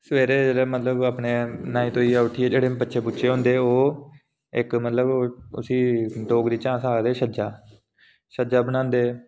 सबेरे सबेरे न्हाई धोइयै उट्ठिये जेह्ड़े बच्चे बुच्चे होंदे ओह् इक मतलब उसी डोगरी च अस आखदे छज्जा छज्जा बनांदे